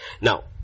now